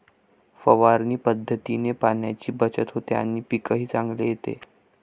फवारणी पद्धतीने पाण्याची बचत होते आणि पीकही चांगले येते